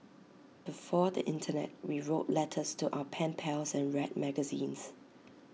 before the Internet we wrote letters to our pen pals and read magazines